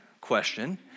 question